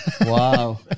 Wow